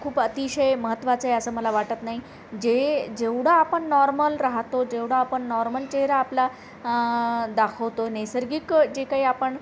खूप अतिशय महत्त्वाचं आहे असं मला वाटत नाही जे जेवढं आपण नॉर्मल राहतो जेवढं आपण नॉर्मल चेहरा आपला दाखवतो नैसर्गिक जे काही आपण